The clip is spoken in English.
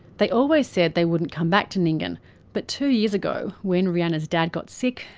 they always said they wouldn't come back to nyngan but two years ago, when rhianna's dad got sick,